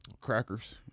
Crackers